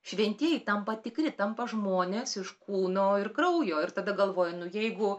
šventieji tampa tikri tampa žmonės iš kūno ir kraujo ir tada galvoji nu jeigu